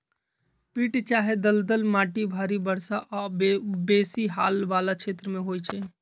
पीट चाहे दलदल माटि भारी वर्षा आऽ बेशी हाल वला क्षेत्रों में होइ छै